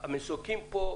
המסוקים כאן,